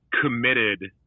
committed